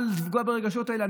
לפגוע ברגשות האלה.